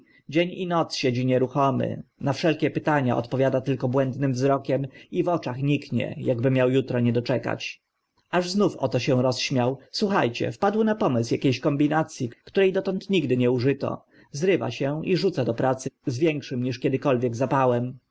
dzień i noc siedzi nieruchomy na wszelkie pytania odpowiada tylko błędnym wzrokiem i w oczach niknie akby miał utra nie doczekać aż znów oto się rozśmiał słucha cie wpadł na pomysł akie ś kombinac i które dotąd nigdy nie użyto zrywa się i rzuca do pracy z większym niż kiedykolwiek zapałem